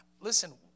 Listen